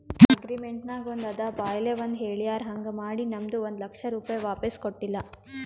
agreement ನಾಗ್ ಒಂದ್ ಅದ ಬಾಯ್ಲೆ ಒಂದ್ ಹೆಳ್ಯಾರ್ ಹಾಂಗ್ ಮಾಡಿ ನಮ್ದು ಒಂದ್ ಲಕ್ಷ ರೂಪೆ ವಾಪಿಸ್ ಕೊಟ್ಟಿಲ್ಲ